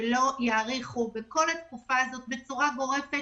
שלא יאריכו בכל התקופה הזאת בצורה גורפת